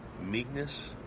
meekness